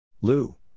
Lou